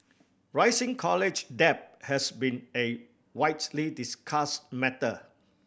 rising college debt has been a widely discussed matter